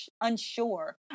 unsure